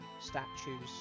statues